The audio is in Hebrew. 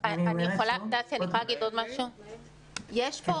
דסי, יש פה